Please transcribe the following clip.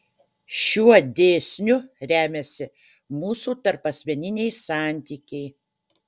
šiuo dėsniu remiasi mūsų tarpasmeniniai santykiai